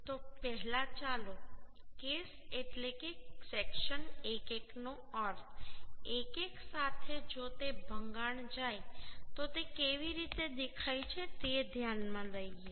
તો પહેલા ચાલો કેસ એટલે સેક્શન 1 1 નો અર્થ 1 1 સાથે જો તે ભંગાણ જાય તો તે કેવી દેખાય છે તે ધ્યાનમાં લઈએ